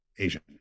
Asian